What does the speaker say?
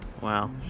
Wow